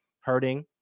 hurting